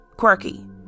quirky